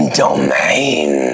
domain